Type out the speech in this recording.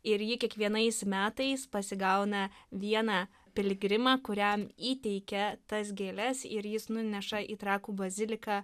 ir ji kiekvienais metais pasigauna vieną piligrimą kuriam įteikia tas gėles ir jis nuneša į trakų baziliką